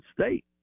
State